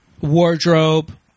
wardrobe